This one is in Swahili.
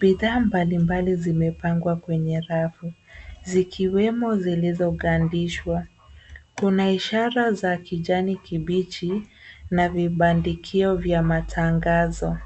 Bidhaa mbalimbali zimepangwa kwenye rafu, zikiwemo zilizogandishwa. Kuna ishara za kijani kibichi na vibandikio vya matangazo.